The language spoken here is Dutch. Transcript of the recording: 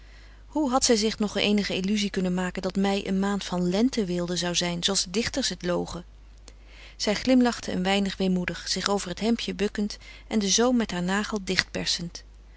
hoe had zij zich nog eenige illuzie kunnen maken dat mei een maand van lente weelde zou zijn zooals de dichters het logen zij glimlachte een weinig weemoedig zich over het hemdje bukkend en den zoom met haar nagel